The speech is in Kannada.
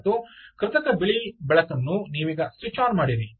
ಮತ್ತು ಕೃತಕ ಬಿಳಿ ಬೆಳಕನ್ನು ನೀವೀಗ ಸ್ವಿಚ್ ಆನ್ ಮಾಡಿರಿ